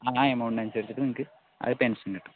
ആ എമൗണ്ട് അനുസരിച്ച് നിങ്ങൾക്ക് ആ പെൻഷൻ കിട്ടും